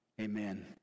amen